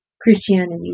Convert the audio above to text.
Christianity